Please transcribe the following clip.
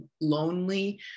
lonely